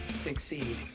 succeed